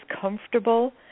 comfortable